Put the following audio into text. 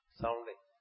sounding